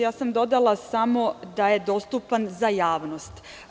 Ja sam dodala samo – da je dostupan za javnost.